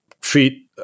treat